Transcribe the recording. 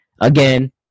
again